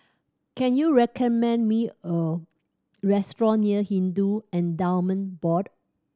can you recommend me a restaurant near Hindu Endowment Board